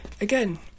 again